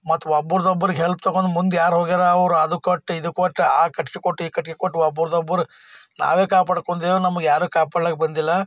ಮತ್ತು ಒಬ್ಬರದೋಬ್ಬರಿಗೆ ಹೆಲ್ಪ್ ತೊಗೊಂಡು ಮುಂದೆ ಯಾರು ಹೋಗ್ಯಾರೆ ಅವ್ರು ಅದು ಕೊಟ್ಟು ಇದು ಕೊಟ್ಟು ಆ ಕಟ್ಟಿಗೆ ಕೊಟ್ಟು ಈ ಕಟ್ಟಿಗೆ ಕೊಟ್ಟು ಒಬ್ಬರದೋಬ್ಬರು ನಾವೇ ಕಾಪಾಡ್ಕೊಂಡೆವು ನಮ್ಗೆ ಯಾರು ಕಾಪಾಡಲಿಕ್ಕೆ ಬಂದಿಲ್ಲ